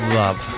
love